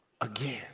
again